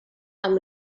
amb